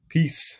Peace